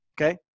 Okay